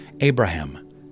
Abraham